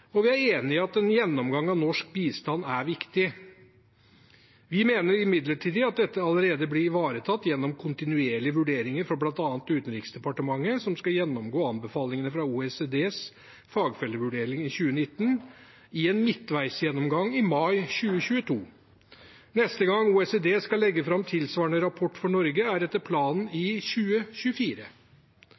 og vi diskuterer jo i dag – og vi er enig i at en gjennomgang av norsk bistand er viktig. Vi mener imidlertid at dette allerede blir ivaretatt gjennom kontinuerlige vurderinger fra bl.a. Utenriksdepartementet, som skal gjennomgå anbefalingene fra OECDs fagfellevurdering i 2019 i en midtveisgjennomgang i mai 2022. Neste gang OECD skal legge fram tilsvarende rapport for Norge, er etter planen i 2024.